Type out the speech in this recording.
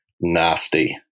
nasty